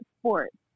sports